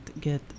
get